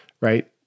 right